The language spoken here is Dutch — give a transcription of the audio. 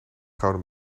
gouden